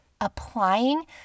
applying